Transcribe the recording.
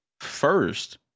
first